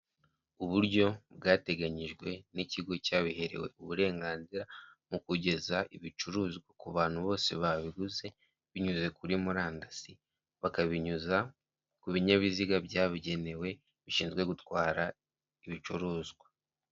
Uburyo bwateganyijwe n'ikigo cyabiherewe uburenganzira mu kugeza ibicuruzwa ku bantu bose babiguze binyuze kuri murandasi, bakabinyuza ku binyabiziga byabigenewe bishinzwe gutwara ibicuruzwa.